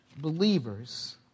believers